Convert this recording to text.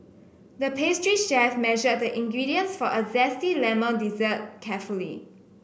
the pastry chef measured the ingredients for a zesty lemon dessert carefully